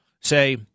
say